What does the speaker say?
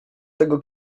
tego